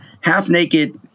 half-naked